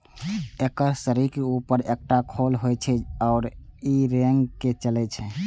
एकर शरीरक ऊपर एकटा खोल होइ छै आ ई रेंग के चलै छै